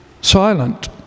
silent